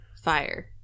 fire